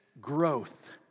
growth